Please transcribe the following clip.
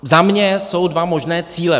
Za mě jsou dva možné cíle.